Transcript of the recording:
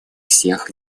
всех